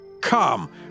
Come